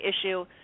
issue